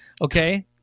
Okay